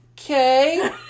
okay